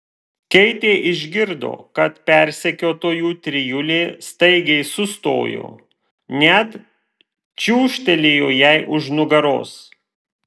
keitė išgirdo kad persekiotojų trijulė staigiai sustojo net čiūžtelėjo jai už nugaros